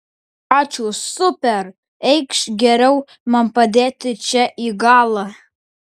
ačiū super eikš geriau man padėti čia į galą